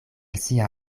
sia